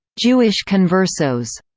jewish conversos